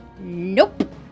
Nope